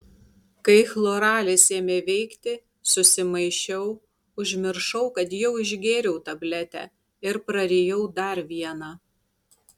kai chloralis ėmė veikti susimaišiau užmiršau kad jau išgėriau tabletę ir prarijau dar vieną